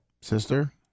Sister